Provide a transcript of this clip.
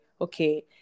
Okay